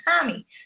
Tommy